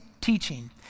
teaching